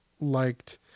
liked